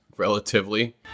Relatively